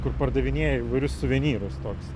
kur pardavinėja įvairius suvenyrus toks